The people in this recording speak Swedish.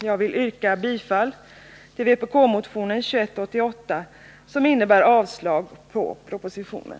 Jag vill yrka bifall till vpk-motion 2188, som innebär avslag på propositionen.